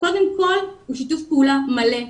הוא שיתוף פעולה מלא.